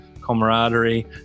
camaraderie